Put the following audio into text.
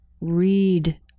read